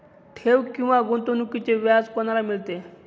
ठेव किंवा गुंतवणूकीचे व्याज कोणाला मिळते?